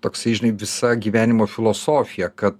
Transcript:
toksai žinai visa gyvenimo filosofija kad